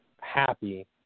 happy